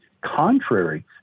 contrary